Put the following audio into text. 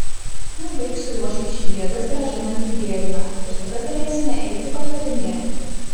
tuoj baigsiu ruošti šį jėgas grąžinantį gėrimą ir tada galėsime eiti pajodinėti